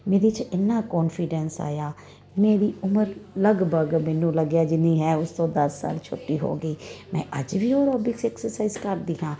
ਮੇਰੇ 'ਚ ਇੰਨਾ ਕੋਨਫੀਡੈਂਸ ਆਇਆ ਮੇਰੀ ਉਮਰ ਲਗਭਗ ਮੈਨੂੰ ਲੱਗਿਆ ਜਿੰਨੀ ਹੈ ਉਸ ਤੋਂ ਦਸ ਸਾਲ ਛੋਟੀ ਹੋ ਗਈ ਮੈਂ ਅੱਜ ਵੀ ਐਰੋਬਿਕਸ ਐਕਸਰਸਾਈਜ ਕਰਦੀ ਹਾਂ